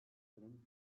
durum